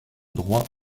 droits